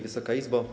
Wysoka Izbo!